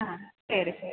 ആ ശരി ശരി